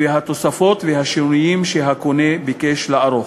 התוספות והשינויים שהקונה ביקש לערוך.